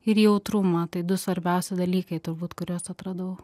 ir jautrumą tai du svarbiausi dalykai turbūt kuriuos atradau